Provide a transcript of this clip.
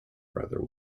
brother